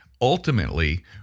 ultimately